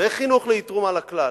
זה חינוך לאי-תרומה לכלל.